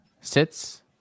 sits